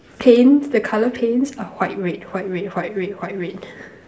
paint the color paints are white red white red white red white red